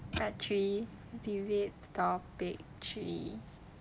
part three debate topic three